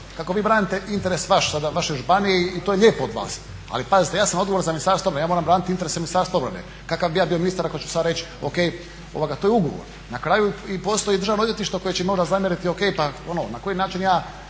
kako vi branite interes vaš sada, vaše županije i to je lijepo od vas, ali pazite ja sam odgovoran za Ministarstvo obrane, ja moram braniti interese Ministarstva obrane. Kakav bi ja bio ministar ako ću sada reći, O.K., to je ugovor. Na kraju i postoji državno odvjetništvo koje će možda zamjeriti O.K., pa na koji način ja